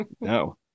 No